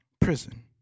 prison